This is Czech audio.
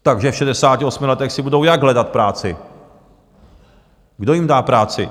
Takže v 68 letech si budou jak hledat práci, kdo jim dá práci?